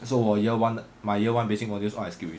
so 我 year one my year one basic modules all I skipped already